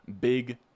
big